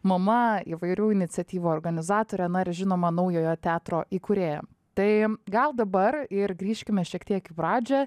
mama įvairių iniciatyvų organizatorė na žinoma naujojo teatro įkūrėja tai gal dabar ir grįžkime šiek tiek į pradžią